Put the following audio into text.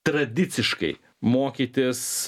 tradiciškai mokytis